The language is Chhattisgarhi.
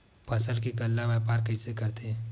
फसल के गल्ला व्यापार कइसे करथे?